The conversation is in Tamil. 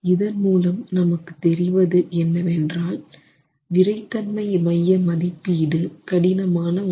இதன் மூலம் நமக்கு தெரிவது என்னவென்றால் விறைத்தன்மை மைய மதிப்பீடு கடினமான ஒன்று